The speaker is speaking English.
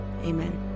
Amen